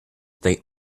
they